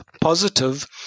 positive